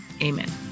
Amen